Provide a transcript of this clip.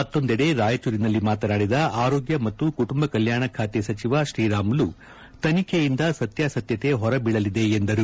ಮತ್ತೊಂದೆಡೆ ರಾಯಚೂರಿನಲ್ಲಿ ಮಾತನಾಡಿದ ಆರೋಗ್ಯ ಮತ್ತು ಕುಟುಂಬ ಕಲ್ಕಾಣ ಖಾತೆ ಸಚಿವ ಶ್ರೀರಾಮುಲು ತನಿಖೆಯಿಂದ ಸತ್ಯಾಸತ್ಯತೆ ಹೊರಬೀಳಲಿದೆ ಎಂದರು